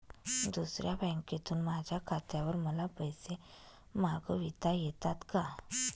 दुसऱ्या बँकेतून माझ्या खात्यावर मला पैसे मागविता येतात का?